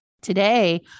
today